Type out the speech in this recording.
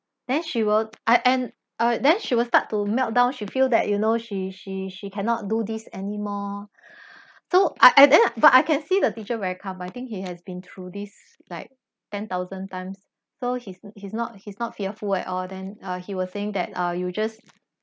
then she won't and and uh then she will start to meltdown she feel that you know she she she cannot do this anymore so I I then but I can see the teacher very calm I think he has been through these like ten thousand times so he's he's not he's not fearful at all then uh he was saying that uh you just